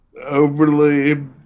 overly